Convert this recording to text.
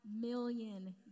million